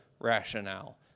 rationale